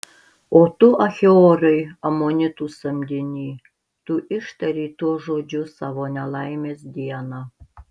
o tu achiorai amonitų samdiny tu ištarei tuos žodžius savo nelaimės dieną